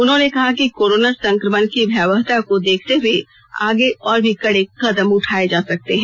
उन्होंने कहा कि कोरोना संक्रमण की भयावता को देखते हए आगे और भी कड़े कदम उठाये जा सकते हैं